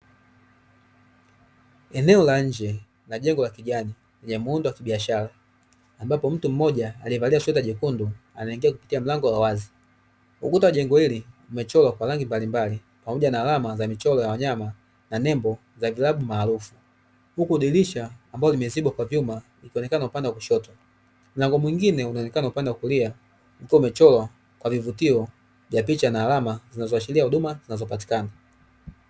Eneo la nje la jengo la kijani lenye muundo wa kibiashara, ambapo mtu mmoja aliyevalia sweta jekundu anaingia kupitia mlango wa wazi. Ukuta wa jengo hili umechorwa kwa rangi mbalimbali pamoja na alama za michoro ya wanyama na nembo za vilabu maarufu. Huku dirisha ambalo limezibwa kwa vyuma likionekana upande wa kushoto. Mlango mwingine unaonekana upande wa kulia ukiwa umechorwa kwa vivutio vya picha na alama zinazoashiria huduma zinazopatikana.